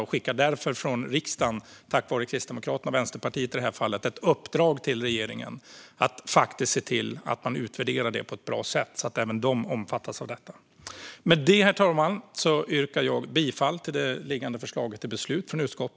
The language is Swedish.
Vi skickar därför från riksdagen, tack vare Kristdemokraterna och Vänsterpartiet i det här fallet, ett uppdrag till regeringen att se till att man utvärderar detta på ett bra sätt så att även dessa aktörer omfattas. Herr talman! Med det yrkar jag bifall till utskottets förslag till beslut.